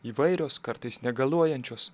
įvairios kartais negaluojančios